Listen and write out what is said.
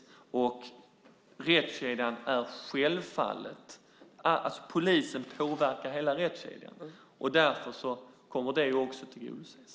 Polisen påverkar självfallet hela rättskedjan. Därför kommer detta också att tillgodoses.